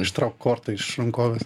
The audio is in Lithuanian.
ištrauk kortą iš rankovės